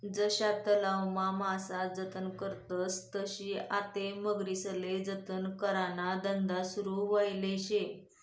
जशा तलावमा मासा जतन करतस तशी आते मगरीस्ले जतन कराना धंदा सुरू व्हयेल शे